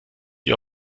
sie